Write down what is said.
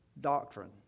doctrine